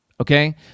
okay